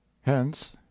Hence